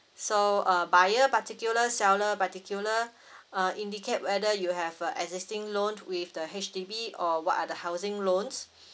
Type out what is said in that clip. so uh buyer particular seller particular uh indicate whether you have uh existing loan with the H_D_B or what are the housing loans